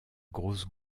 grosses